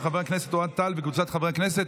לוועדת החינוך,